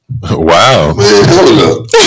Wow